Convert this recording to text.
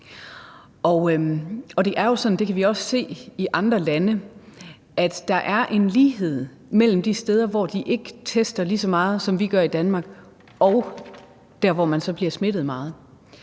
det kan vi også se i andre lande, at der er en lighed mellem de steder, hvor de ikke tester lige så meget, som vi gør i Danmark, og de steder, hvor man så bliver smittet meget.